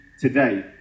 today